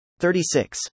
36